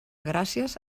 gràcies